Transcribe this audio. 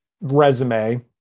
resume